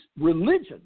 religion